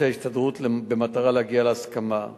רק יכול להצטרף לעובדים ולהגיד שהממשלה הזאת צריכה ללכת מן העולם,